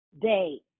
day